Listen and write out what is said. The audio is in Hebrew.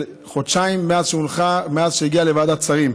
חודשיים מאז הגיעה לוועדת שרים.